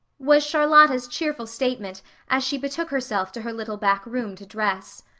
was charlotta's cheerful statement as she betook herself to her little back room to dress.